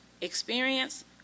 experience